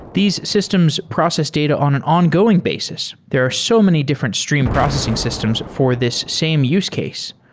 these systems process data on an ongoing basis. there are so many different stream processing systems for this same use case.